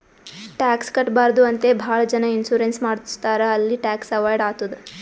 tax ಕಟ್ಬಾರ್ದು ಅಂತೆ ಭಾಳ ಜನ ಇನ್ಸೂರೆನ್ಸ್ ಮಾಡುಸ್ತಾರ್ ಅಲ್ಲಿ ಟ್ಯಾಕ್ಸ್ ಅವೈಡ್ ಆತ್ತುದ್